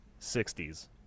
60s